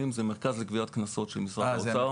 הוא המרכז לגביית קנסות של משרד האוצר.